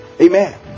Amen